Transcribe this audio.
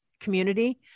community